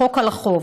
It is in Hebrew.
חוק על החוב,